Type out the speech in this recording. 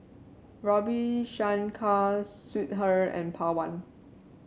Ravi Shankar Sudhir and Pawan